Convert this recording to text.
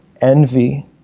envy